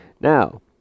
Now